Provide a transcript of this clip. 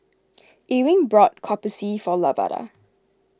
Ewing bought Kopi C for Lavada